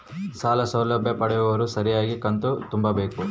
ಸಾಲ ಸೌಲಭ್ಯ ಪಡೆದಿರುವವರು ಸರಿಯಾಗಿ ಕಂತು ತುಂಬಬೇಕು?